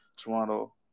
Toronto